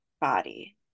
body